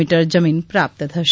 metre જમીન પ્રાપ્ત થશે